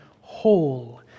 whole